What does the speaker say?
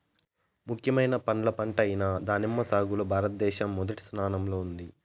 ముఖ్యమైన పండ్ల పంట అయిన దానిమ్మ సాగులో భారతదేశం మొదటి స్థానంలో ఉంది